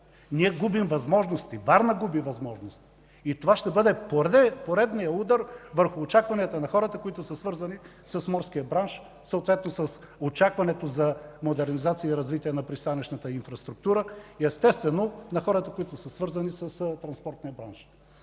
Ние губим възможности, Варна губи възможности и това ще бъде поредният удар върху очакванията на хората, които са свързани с морския бранш, съответно с очакването за модернизация и развитие на пристанищната инфраструктура и естествено – на хората, които са свързани с транспортния бранш.